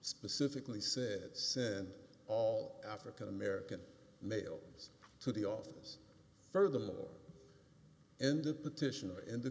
specifically said send all african american males to the office furthermore and the petitioner in the